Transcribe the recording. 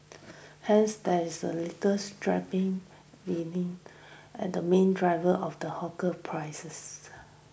hence there is a little and the main driver of the hawker prices